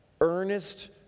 earnest